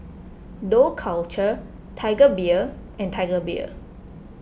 Dough Culture Tiger Beer and Tiger Beer